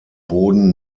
boden